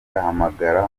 ahamagara